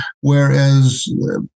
Whereas